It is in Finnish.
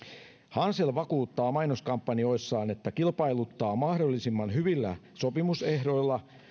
hansel vakuuttaa mainoskampanjoissaan että kilpailuttaa mahdollisimman hyvillä sopimusehdoilla